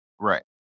Right